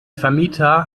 vermieter